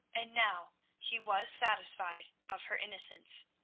and now he was satisfied of her innocence.